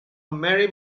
merry